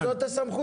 זאת הסמכות שלה.